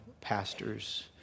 pastors